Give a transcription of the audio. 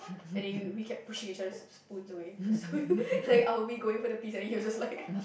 and then you we keep pushing each other's spoons away cause like I will be going for the piece and then you will just like